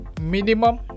Minimum